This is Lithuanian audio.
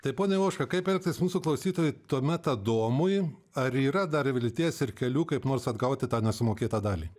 tai pone ožka kaip elgtis mūsų klausytojui tuomet adomui ar yra dar vilties ir kelių kaip nors atgauti tą nesumokėtą dalį